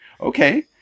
Okay